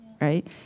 right